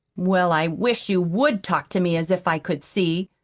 well, i wish you would talk to me as if i could see,